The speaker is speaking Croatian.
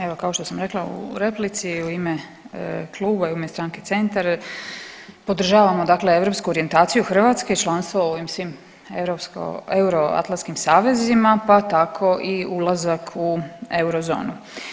Evo, kao što sam rekla u replici, u ime Kluba i u ime stranke Centar, podržavamo dakle europsku orijentaciju Hrvatske i članstvo u ovim svim europsko, euroatlantskim savezima pa tako i ulazak u Eurozonu.